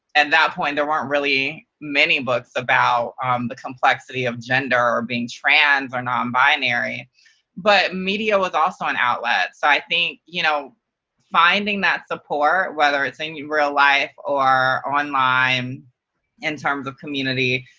at that point, there weren't really many books about um the complexity of gender, or being trans, or non-binary, but media was also an outlet. so i think you know finding that support, whether it's in your real life or online in terms of community,